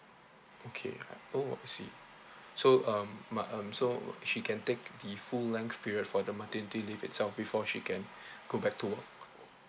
okay I oh I see so um ma~ um so she can take the full length period for the maternity leave itself before she can go back to work